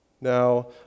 Now